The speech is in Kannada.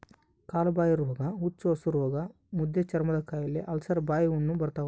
ಕಾಲುಬಾಯಿರೋಗ ಹುಚ್ಚುಹಸುರೋಗ ಮುದ್ದೆಚರ್ಮದಕಾಯಿಲೆ ಅಲ್ಸರ್ ಬಾಯಿಹುಣ್ಣು ಬರ್ತಾವ